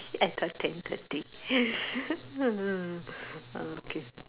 I thought ten thirty mm ah okay